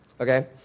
okay